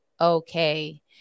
okay